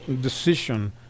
decision